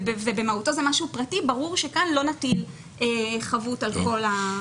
ובמהותו זה משהו פרטי ברור שכאן לא נטיל חבות על כל הדיירים.